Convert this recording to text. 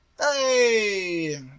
Hey